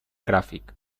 gràfic